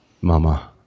mama